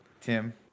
tim